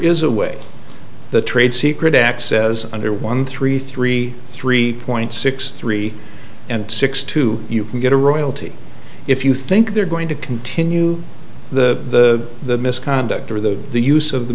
is a way the trade secret access under one three three three point six three six two you can get a royalty if you think they're going to continue the misconduct or the the use of the